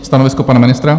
Stanovisko pana ministra?